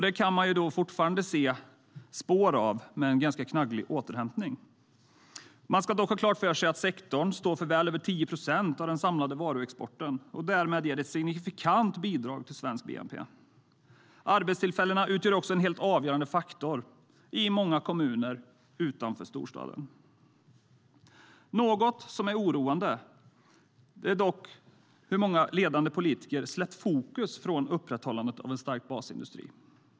Det kan vi fortfarande se spår av i en ganska knagglig återhämtning. Vi ska dock ha klart för oss att sektorn står för väl över 10 procent av den samlade varuexporten och därmed ger ett signifikant bidrag till svensk bnp. Arbetstillfällena utgör också en helt avgörande faktor i många kommuner utanför storstäderna. Oroande är dock att många ledande politiker släppt fokus från upprätthållandet av en stark basindustri.